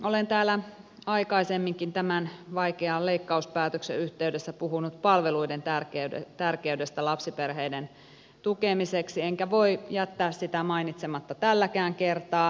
olen täällä aikaisemminkin tämän vaikean leikkauspäätöksen yhteydessä puhunut palveluiden tärkeydestä lapsiperheiden tukemiseksi enkä voi jättää sitä mainitsematta tälläkään kertaa